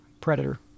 Predator